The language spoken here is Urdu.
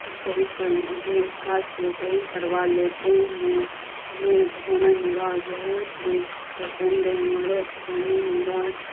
صحیح کر اپنے استاد سے صحیح کروا لیتے ہیں وہ افسانہ نگار بہت ہی پسند ہیں ہمارے افسانے نگار